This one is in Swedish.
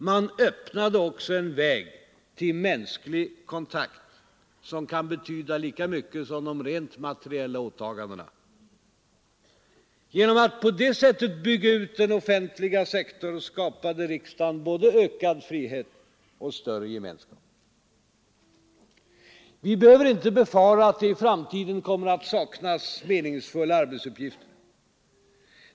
Man öppnade också en väg till mänsklig kontakt, som kan betyda lika mycket som de rent materiella åtagandena. Genom denna utbyggnad av den offentliga sektorn skapade riksdagen både ökad frihet och större gemenskap. Vi behöver inte befara att det i framtiden kommer att saknas meningsfulla arbetsuppgifter.